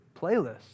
playlists